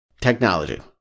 technology